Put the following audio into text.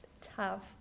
tough